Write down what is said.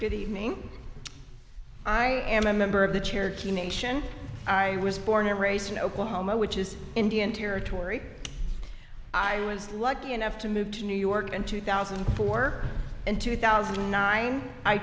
good evening i am a member of the cherokee nation i was born and raised in oklahoma which is indian territory i was lucky enough to move to new york in two thousand and four and two thousand and nine i